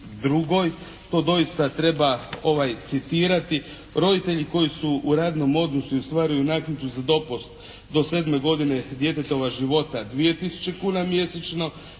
32 to doista treba citirati. Roditelji koji su u radnom odnosu i ostvaruju naknadu za dopust do 7 godine djetetova života 2 tisuće kuna mjesečno,